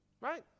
Right